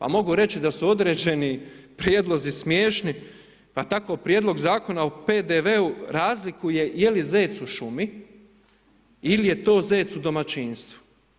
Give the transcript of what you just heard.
Pa mogu reći da su određeni prijedlozi smiješni, pa tako prijedlog Zakona o PDV-u razliku je li zec u šumi ili je to zec u domaćinstvu.